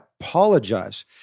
apologize